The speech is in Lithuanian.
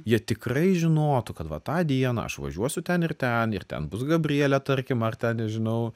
jie tikrai žinotų kad va tą dieną aš važiuosiu ten ir ten ir ten bus gabrielė tarkim ar ten nežinau